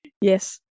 Yes